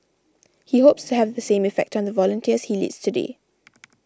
he hopes to have the same effect on the volunteers he leads today